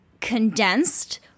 condensed